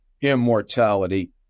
immortality